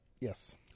Yes